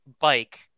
bike